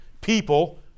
people